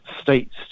states